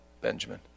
benjamin